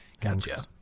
Gotcha